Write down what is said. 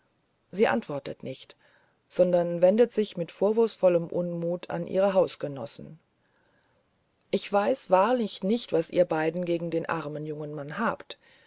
sie antwortet nicht sondern wendet sich mit vorwurfsvollem unmut an ihre hausgenossen ich weiß wahrlich nicht was ihr beide gegen den armen jungen mann habt